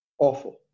Awful